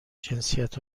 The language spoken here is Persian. جنسیت